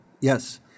Yes